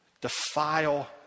Defile